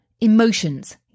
emotions